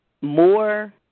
More